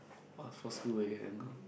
what school you will have go